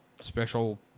special